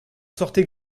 sortent